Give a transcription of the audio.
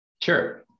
Sure